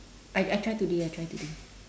I I try today I try today